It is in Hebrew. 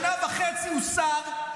שנה וחצי הוא שר,